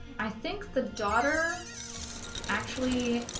i think the daughter actually